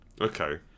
Okay